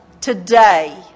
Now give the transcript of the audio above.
today